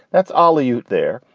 that's all cute there.